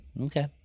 okay